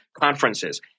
conferences